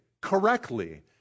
correctly